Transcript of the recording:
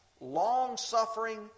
long-suffering